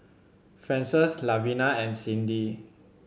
Frances Lavina and Cyndi